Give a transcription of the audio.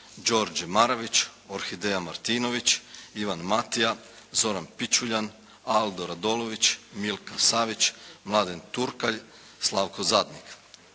Đorđe Marović, Orhideja Martinović, Ivan Matija, Zoran Pičulja, Aldo Radolović, Milka Savić, Mladen Turkalj, Slavko Zadnik.